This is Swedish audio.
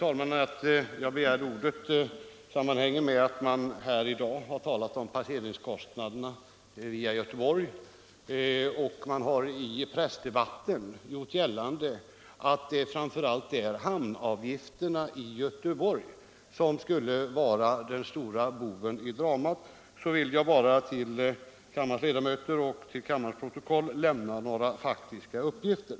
Att jag begärde ordet sammanhänger med att man här i dag har talat om passeringskostnaderna i Göteborg och att man i pressdebatten har gjort gällande att det framför allt är hamnavgifterna i Göteborg som skulle vara den stora boven i dramat. Jag vill därför till kammarens ledamöter och till kammarens protokoll lämna några faktiska uppgifter.